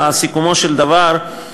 לסיכומו של דבר,